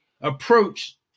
approach